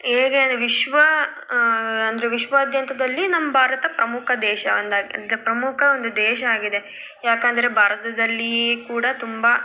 ಹೇಗೆ ವಿಶ್ವ ಅಂದರೆ ವಿಶ್ವಾದ್ಯಂತದಲ್ಲಿ ನಮ್ಮ ಭಾರತ ಪ್ರಮುಖ ದೇಶ ಅಂದು ಅಂದರೆ ಪ್ರಮುಖ ಒಂದು ದೇಶ ಆಗಿದೆ ಯಾಕಂದರೆ ಭಾರತದಲ್ಲಿ ಕೂಡ ತುಂಬ